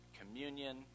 communion